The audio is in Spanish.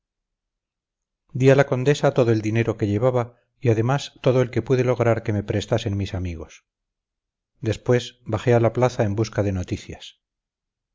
a la condesa todo el dinero que llevaba y además todo el que pude lograr que me prestasen mis amigos después bajé a la plaza en busca de noticias